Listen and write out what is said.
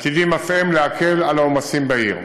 עתידים אף הם להקל את העומסים בעיר.